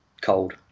cold